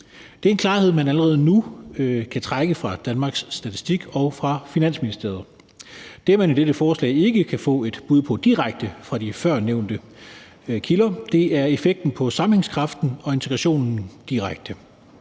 Det er en klarhed, man allerede nu kan trække fra Danmarks Statistik og fra Finansministeriet. Det, man i dette forslag ikke kan få et bud på direkte fra de førnævnte kilder, er effekten på sammenhængskraften og integrationen direkte,